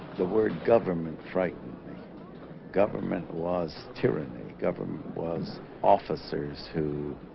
the word government frightened government was tyranny government was officers who